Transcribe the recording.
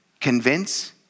Convince